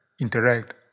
interact